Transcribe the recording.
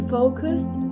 focused